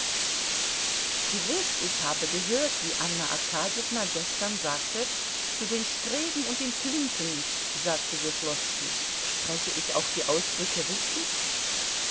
gewiß ich habe gehört wie anna arkadjewna gestern sagte zu den streben und den plinthen sagte weslowski spreche ich auch die ausdrücke richtig